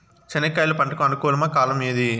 చెనక్కాయలు పంట కు అనుకూలమా కాలం ఏది?